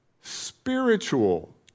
spiritual